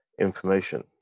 information